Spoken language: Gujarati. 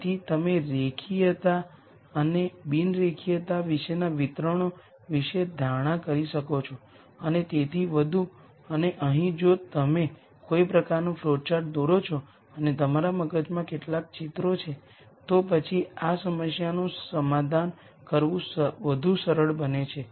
તેથી તમે રેખીયતા અને બિન રેખીયતા વિશેના વિતરણો વિશે ધારણા કરી શકો છો અને તેથી વધુ અને અહીં જો તમે કોઈ પ્રકારનો ફ્લોચાર્ટ દોરો છો અને તમારા મગજમાં કેટલાક ચિત્રો છે તો પછી આ સમસ્યાનું સમાધાન કરવું વધુ સરળ બને છે